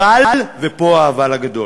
אבל, ופה האבל הגדול,